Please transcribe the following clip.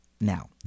Now